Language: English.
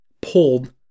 pulled